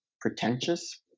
pretentious